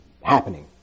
happening